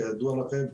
כידוע לכם.